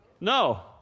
No